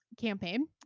campaign